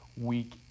week